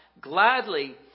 gladly